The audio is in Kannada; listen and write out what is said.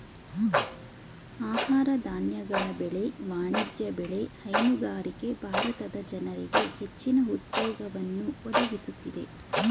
ಆಹಾರ ಧಾನ್ಯಗಳ ಬೆಳೆ, ವಾಣಿಜ್ಯ ಬೆಳೆ, ಹೈನುಗಾರಿಕೆ ಭಾರತದ ಜನರಿಗೆ ಹೆಚ್ಚಿನ ಉದ್ಯೋಗವನ್ನು ಒದಗಿಸುತ್ತಿದೆ